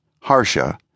Harsha